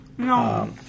No